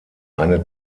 eine